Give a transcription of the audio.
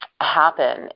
happen